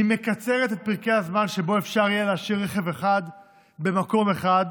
היא מקצרת את פרקי הזמן שבהם אפשר יהיה להשאיר רכב אחד במקום אחד